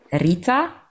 Rita